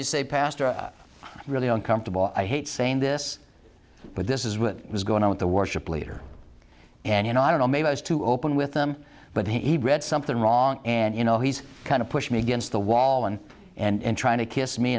they say pastor really uncomfortable i hate saying this but this is what was going on with the worship leader and you know i don't know maybe i was too open with them but he'd read something wrong and you know he's kind of push me against the wall and and trying to kiss me